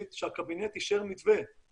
התעופה תכניס פה אלפי בדיקות נוספות ולכן,